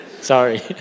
Sorry